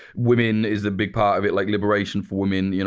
women is a big part of it, like liberation for women. you know